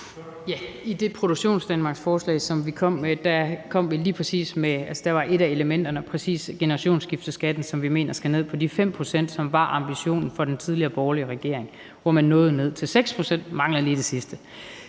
I det produktionsdanmarksforslag, som vi kom med, var et af elementerne præcis generationsskifteskatten, som vi mener skal ned på de 5 pct., som var ambitionen for den tidligere borgerlige regering, hvor man nåede ned til 6 pct. – der mangler lige det sidste.